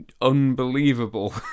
unbelievable